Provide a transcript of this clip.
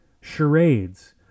Charades